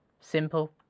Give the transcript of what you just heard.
Simple